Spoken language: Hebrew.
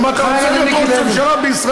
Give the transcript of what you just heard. תכניס לך לראש: אם אתה רוצה להיות ראש ממשלה בישראל,